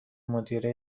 مدیره